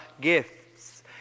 gifts